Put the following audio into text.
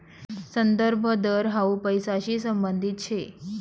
संदर्भ दर हाउ पैसांशी संबंधित शे